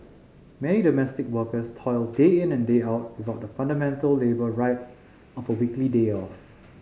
many domestic workers toil day in and day out without the fundamental labour right of a weekly day off